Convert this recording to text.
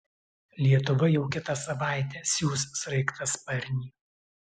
lietuva jau kitą savaitę siųs sraigtasparnį